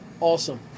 Awesome